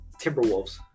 Timberwolves